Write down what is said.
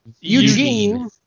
Eugene